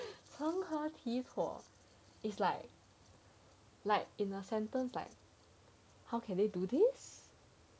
成何体统 is like like in a sentence like how can they do this